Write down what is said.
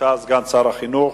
סגן שר החינוך,